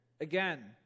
again